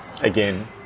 again